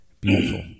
Beautiful